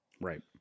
Right